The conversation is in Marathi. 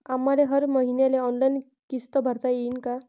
आम्हाले हर मईन्याले ऑनलाईन किस्त भरता येईन का?